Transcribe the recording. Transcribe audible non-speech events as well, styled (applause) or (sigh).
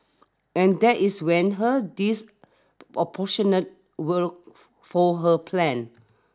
and that is when her disproportionate (unintelligible) fold her plan